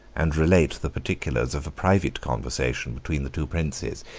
and relate the particulars of a private conversation between the two princes,